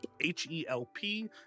H-E-L-P